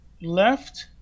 left